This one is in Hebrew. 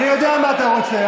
אני יודע מה אתה רוצה.